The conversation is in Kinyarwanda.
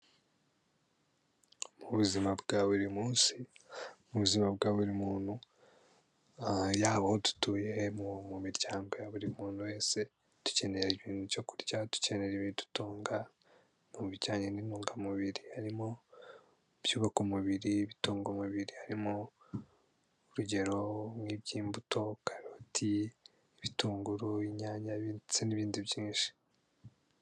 Mu buzima bwa buri munsi, mu buzima bwa buri muntu, yaba aho dutuye mu miryango ya buri muntu wese dukenera ibintu byo kurya, dukenera ibidutunga, mu bijyanye n'intungamubiri harimo iby'ubaka umubiri ,ibitunga umubiri ,harimo, urugero nk'iby'imbuto karoti, ibitunguru ,inyanya ndetse n'ibindi byinshi.